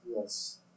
Yes